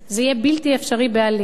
זה יהיה בלתי אפשרי בעליל.